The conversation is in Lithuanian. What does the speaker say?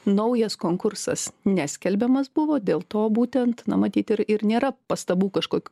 naujas konkursas neskelbiamas buvo dėl to būtent na matyt ir ir nėra pastabų kažkokių